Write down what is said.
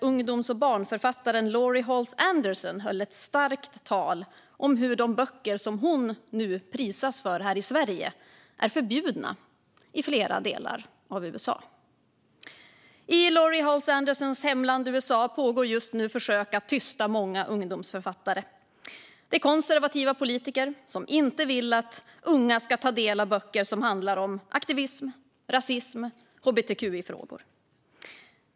Ungdoms och barnboksförfattaren Laurie Halse Anderson höll ett starkt tal om hur de böcker som hon nu prisas för i Sverige är förbjudna i flera delar av USA. I Laurie Halse Andersons hemland USA pågår just nu försök att tysta många ungdomsboksförfattare. Det är konservativa politiker som inte vill att unga ska ta del av böcker som handlar om aktivism, rasism och hbtqi-frågor.